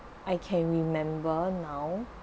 I can remember now